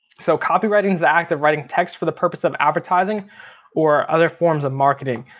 so copywriting is the act of writing text for the purpose of advertising or other forms of marketing.